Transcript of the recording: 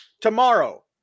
tomorrow